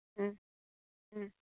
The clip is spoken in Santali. ᱦᱮᱸ ᱦᱮᱸ